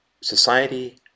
society